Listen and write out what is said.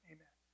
Amen